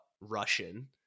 Russian